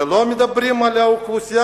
ולא מדברים על האוכלוסייה,